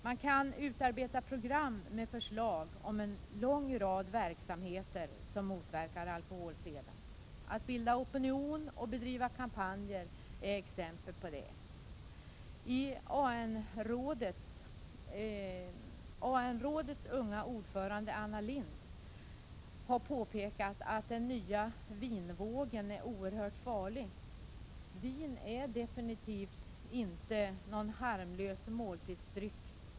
Man kan utarbeta program med förslag om en lång rad verksamheter som motverkar alkoholseden. Att bilda opinion och bedriva kampanjer är exempel på det. AN-rådets unga ordförande Anna Lindh har påpekat att den nya vinvågen är oerhört farlig. Vin är absolut inte någon harmlös måltidsdryck.